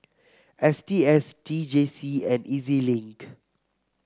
S T S T J C and E Z Link